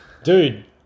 Dude